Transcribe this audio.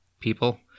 people